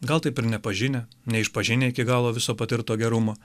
gal taip ir nepažinę neišpažinę iki galo viso patirto gerumo